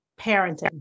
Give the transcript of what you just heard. parenting